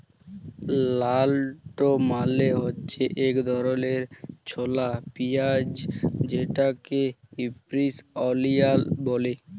shallot মালে হছে ইক ধরলের ছলা পিয়াঁইজ যেটাকে ইস্প্রিং অলিয়াল ব্যলে